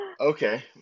Okay